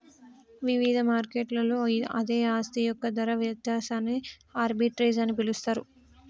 ఇవిధ మార్కెట్లలో అదే ఆస్తి యొక్క ధర వ్యత్యాసాన్ని ఆర్బిట్రేజ్ అని పిలుస్తరు